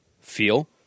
feel